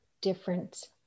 different